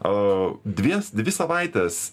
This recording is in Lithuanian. a dvies svi savaites